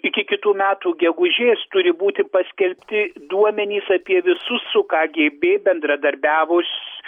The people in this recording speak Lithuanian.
iki kitų metų gegužės turi būti paskelbti duomenys apie visus su kagėbė bendradarbiavus